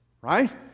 right